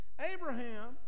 Abraham